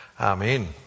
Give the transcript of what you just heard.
amen